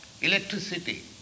electricity